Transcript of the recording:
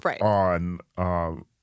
on